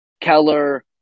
Keller